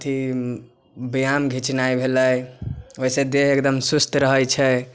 अथि व्यायाम घिचनाइ भेलै ओइसँ देह एकदम स्वस्थ रहै छै